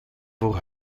voor